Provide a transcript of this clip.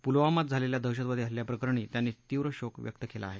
पुलवामात झालेल्या दहशतवादी हल्ल्याप्रकरणी त्यांनी तीव्र शोक व्यक्त केला आहे